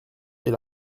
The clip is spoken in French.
est